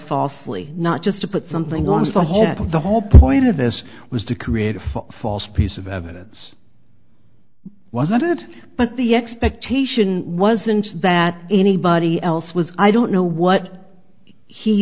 falsely not just to put something on the whole the whole point of this was to create a false piece of evidence was i did but the expectation wasn't that anybody else was i don't know what he